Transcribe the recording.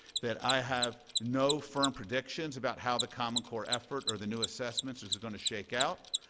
that i have no firm predictions about how the common core effort or the new assessments are going to shake out.